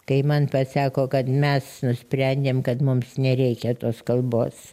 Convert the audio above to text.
kai man pasako kad mes nusprendėm kad mums nereikia tos kalbos